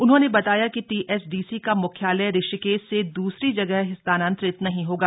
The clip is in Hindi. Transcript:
उन्होंने बताया कि टीएचडीसी का मुख्यालय ऋषिकेश से दूसरी जगह स्थानांतरित नहीं होगा